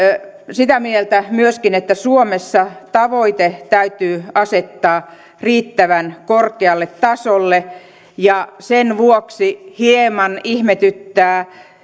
sitä mieltä että suomessa tavoite täytyy asettaa riittävän korkealle tasolle sen vuoksi hieman ihmetyttää